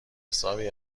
حسابی